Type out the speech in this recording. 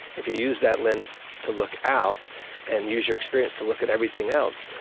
if you use that lens to look out and use your experience to look at everything else,